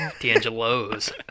D'Angelo's